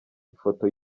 ifoto